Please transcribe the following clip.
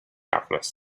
alchemist